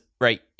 right